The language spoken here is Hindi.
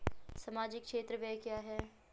सामाजिक क्षेत्र व्यय क्या है?